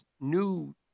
new